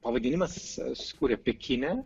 pavadinimas susikūrė pekine